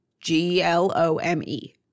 G-L-O-M-E